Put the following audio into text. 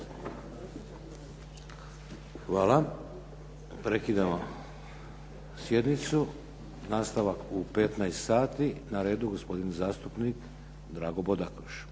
Hvala. Prekidam sjednicu. Nastavak je u 15 sati. Na redu je gospodin zastupnik Drago Bodakoš.